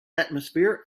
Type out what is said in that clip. atmosphere